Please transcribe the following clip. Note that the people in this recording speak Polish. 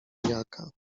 jaka